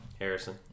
Harrison